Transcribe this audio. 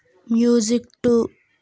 music two